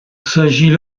s’agit